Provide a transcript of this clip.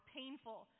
painful